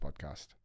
podcast